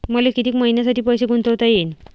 मले कितीक मईन्यासाठी पैसे गुंतवता येईन?